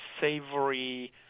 savory